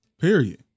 Period